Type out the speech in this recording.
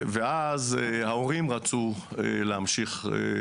ברוב המקרים ראינו שנדרשת הסכמה בכתב לעניין